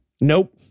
Nope